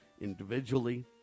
individually